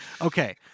okay